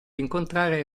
incontrare